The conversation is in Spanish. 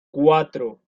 cuatro